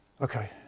Okay